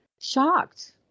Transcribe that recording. shocked